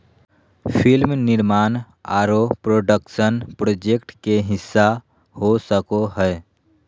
film निर्माण आरो production project के हिस्सा हो सको हय